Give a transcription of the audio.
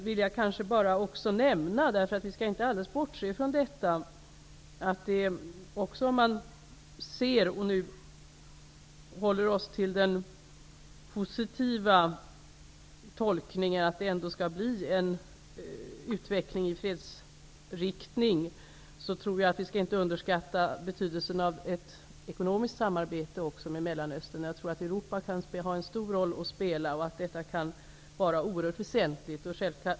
Vi skall inte alldeles bortse från -- om vi håller oss till den positiva tolkningen -- att utvecklingen skall vara fredsinriktad, och vi skall inte underskatta betydelsen av ett ekonomiskt samarbete med Mellanöstern. Europa kan ha en stor roll att spela, och det kan vara oerhört väsentligt.